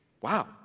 Wow